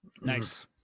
Nice